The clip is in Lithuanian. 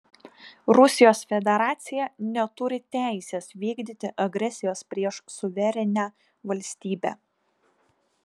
rusijos federacija neturi teisės vykdyti agresijos prieš suverenią valstybę